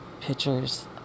pictures